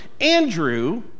Andrew